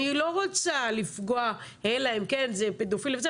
אני לא רוצה לפגוע אלא אם כן זה פדופיל וכולי,